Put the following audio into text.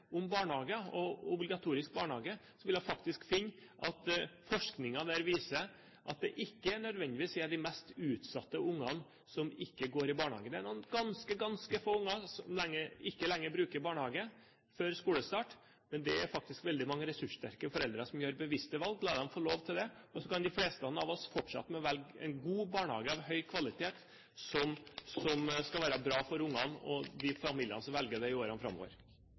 om barnehager og obligatorisk barnehage, ville hun finne at forskningen viser at det ikke nødvendigvis er de mest utsatte barna som ikke går i barnehage. Det er noen ganske få som ikke lenger bruker barnehage før skolestart. Men det er faktisk veldig mange ressurssterke foreldre som gjør bevisste valg. La dem få lov til det, så kan de fleste av oss velge en god barnehage av høy kvalitet, som skal være bra for barna og de familiene som velger det i årene framover.